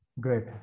great